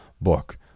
book